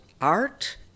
Art